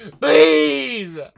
Please